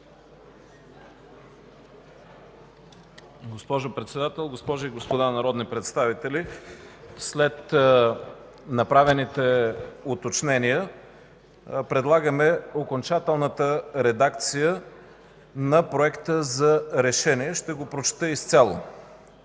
Госпожо Председател, госпожи и господа народни представители! След направените уточнения предлагаме окончателната редакция на Проекта за решение. Ще го прочета изцяло: